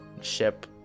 ship